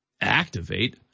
activate